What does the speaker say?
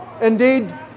Indeed